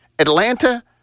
Atlanta